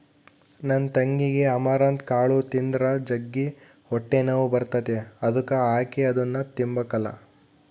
ನನ್ ತಂಗಿಗೆ ಅಮರಂತ್ ಕಾಳು ತಿಂದ್ರ ಜಗ್ಗಿ ಹೊಟ್ಟೆನೋವು ಬರ್ತತೆ ಅದುಕ ಆಕಿ ಅದುನ್ನ ತಿಂಬಕಲ್ಲ